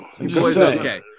okay